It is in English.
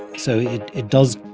so it it does,